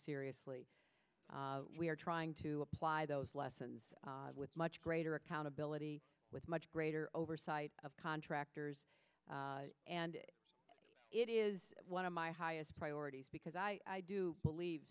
seriously we are trying to apply those lessons with much greater accountability with much greater oversight of contractors and it is one of my highest priorities because i do believe